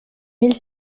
mille